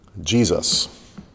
jesus